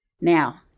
Now